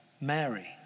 Mary